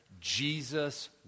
Jesus